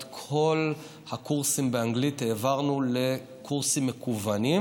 את כל הקורסים באנגלית הפכנו לקורסים מקוונים,